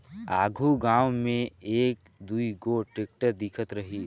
आघु गाँव मे एक दुई गोट टेक्टर दिखत रहिस